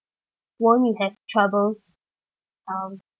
won't you have troubles um